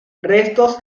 restos